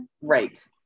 Right